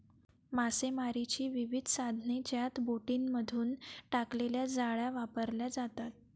मासेमारीची विविध साधने ज्यात बोटींमधून टाकलेल्या जाळ्या वापरल्या जातात